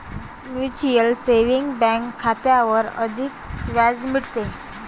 mutual saving bank खात्यावर अधिक व्याज मिळते